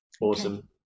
awesome